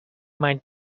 might